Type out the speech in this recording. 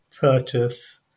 purchase